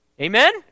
Amen